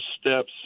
steps